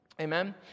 amen